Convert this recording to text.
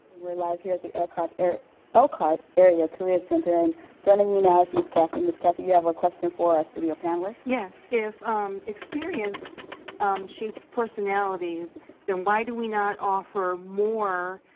we're live here at the elkhart area elkhart area career center, and joining me now is mrs. cathy. mrs. cathy you have a question for our studio panelists? yes, if um experience shapes personalities then why do we not offer more